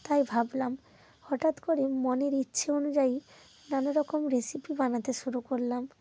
তাই ভাবলাম হঠাৎ করে মনের ইচ্ছে অনুযায়ী নানা রকম রেসিপি বানাতে শুরু করলাম